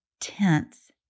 tense